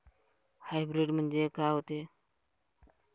Hybrid म्हनजे का होते?